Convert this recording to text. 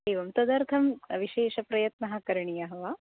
एवं तदर्थं विशेषप्रयत्नः करणीयः वा